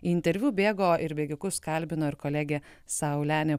į interviu bėgo ir bėgikus kalbino ir kolegė saulenė